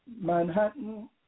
Manhattan